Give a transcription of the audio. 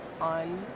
on